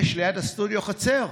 יש ליד הסטודיו חצר,